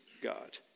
God